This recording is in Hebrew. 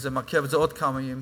וזה מעכב את זה בעוד כמה ימים.